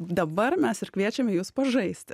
dabar mes ir kviečiam jus pažaisti